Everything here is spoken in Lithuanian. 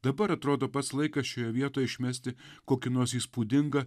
dabar atrodo pats laikas šioje vietoje išmesti kokį nors įspūdingą